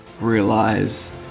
realize